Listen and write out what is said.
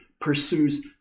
pursues